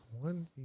one